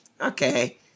okay